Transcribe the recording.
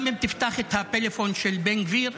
גם אם תפתח את הטלפון של בן גביר,